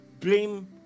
blame